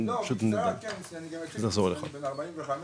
בן 45,